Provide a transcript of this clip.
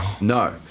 No